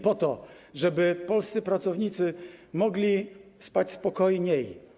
Po to, żeby polscy pracownicy mogli spać spokojniej.